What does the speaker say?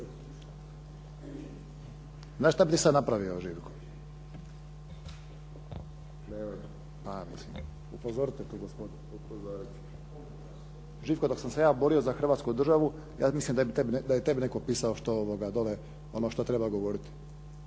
Znaš šta bi sad napravio Živko? .../Upadica se ne čuje./... Živko dok sam se ja borio za Hrvatsku državu ja mislim da je tebi netko pisao dole ono što treba govoriti.